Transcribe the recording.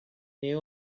new